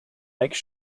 make